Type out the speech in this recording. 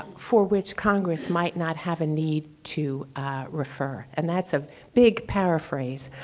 for which congress might not have a need to refer. and that's a big paraphrase,